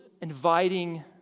inviting